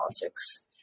Politics